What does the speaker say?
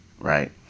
right